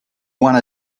wanna